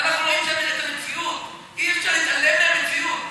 אנחנו רואים את המציאות, אי-אפשר להתעלם מהמציאות.